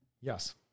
Yes